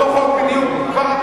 זה כך, זה אותו חוק בדיוק.